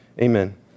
Amen